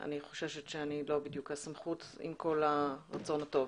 אני חושבת שאני לא בדיוק הסמכות עם כל הרצון הטוב.